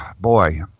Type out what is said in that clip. boy